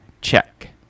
check